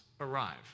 arrive